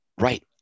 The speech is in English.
right